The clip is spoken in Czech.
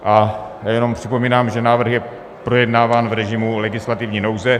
A já jenom připomínám, že návrh je projednáván v režimu legislativní nouze.